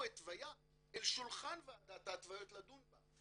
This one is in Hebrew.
התוויה אל שולחן ועדת ההתוויות לדון בה.